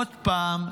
עוד פעם,